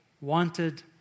wanted